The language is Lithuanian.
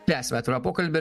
tęsiam atvirą pokalbį